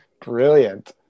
Brilliant